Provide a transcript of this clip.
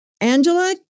Angela